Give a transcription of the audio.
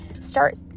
start